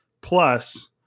plus